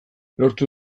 lortu